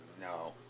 No